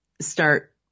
start